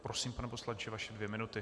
Prosím, pane poslanče, vaše dvě minuty.